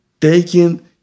taking